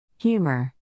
Humor